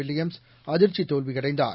Williams அதிர்ச்சித் தோல்வியடைந்தார்